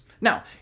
now